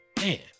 Man